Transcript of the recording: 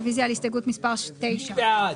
רוויזיה על הסתייגות מס' 69. מי בעד,